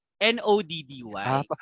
N-O-D-D-Y